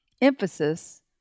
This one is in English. emphasis